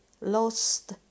lost